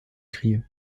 crieu